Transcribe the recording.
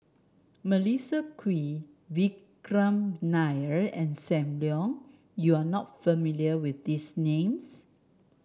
Melissa Kwee Vikram Nair and Sam Leong you are not familiar with these names